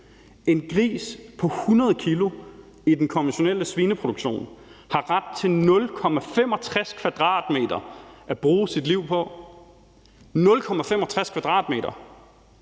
En gris på 100 kg i den konventionelle svineproduktion har ret til 0,65 m² at bruge sit liv på – 0,65 m²! Det er